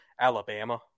Alabama